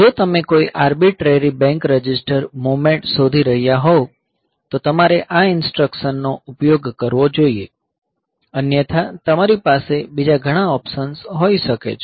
જો તમે કોઈ આર્બીટ્રેરી બેંક રજિસ્ટર મુવમેંટ શોધી રહ્યા હોવ તો તમારે આ ઇન્સટ્રકસન નો ઉપયોગ કરવો જોઈએ અન્યથા તમારી પાસે બીજા ઘણા ઓપ્શન્સ હોઈ શકે છે